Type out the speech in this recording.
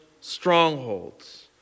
strongholds